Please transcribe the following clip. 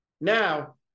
Now